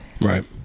right